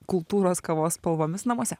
kultūros kavos spalvomis namuose